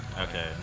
Okay